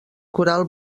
coral